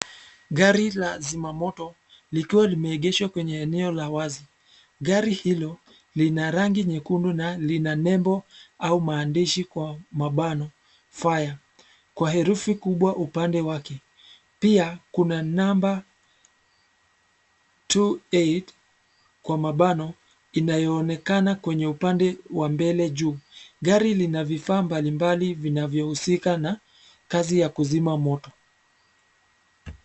Gari la zima moto, likiwa limeegeshwa kwenye eneo la wazi. Gari hilo, lina rangi nyekundu na lina nembo, au maandishi kwa mabano, fire , kwa herufi kubwa upande wake. Pia, kuna namba two eight , kwa mabano, inayoonekana kwenye upande wa mbele juu. Gari lina vifaa mbalimbali vinavyohusika na, kazi ya kuzima moto.